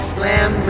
Slam